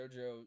JoJo